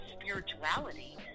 spirituality